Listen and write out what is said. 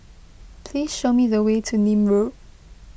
please show me the way to Nim Road